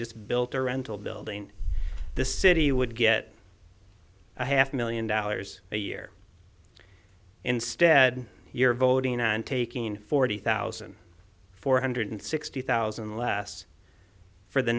just built a rental building the city would get a half million dollars a year instead you're voting on taking in forty thousand four hundred sixty thousand less for the